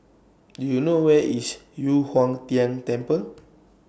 Do YOU know Where IS Yu Huang Tian Temple